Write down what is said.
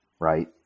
Right